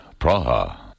Praha